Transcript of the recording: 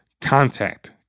contact